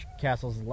castles